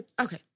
Okay